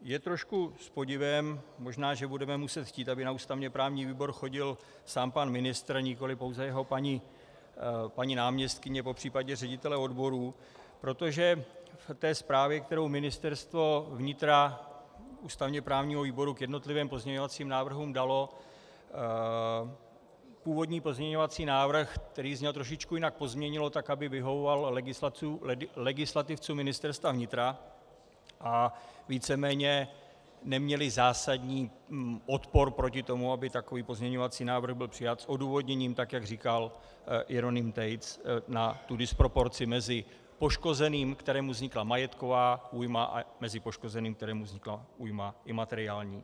Je trošku s podivem možná budeme muset chtít, aby na ústavněprávní výbor chodil sám pan ministr, nikoli pouze jeho náměstkyně, popřípadě ředitelé odborů, protože v té zprávě, kterou Ministerstvo vnitra ústavněprávnímu výboru k jednotlivým pozměňovacím návrhům dalo, původní pozměňovací návrh, který zněl trošičku jinak, pozměnilo tak, aby vyhovoval legislativcům Ministerstva vnitra, aby víceméně neměli zásadní odpor proti tomu, aby takový pozměňovací návrh byl přijat, s odůvodněním, jak říkal Jeroným Tejc, na disproporci mezi poškozeným, kterému vznikla majetková újma, a poškozeným, kterému vznikla újma imateriální.